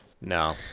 no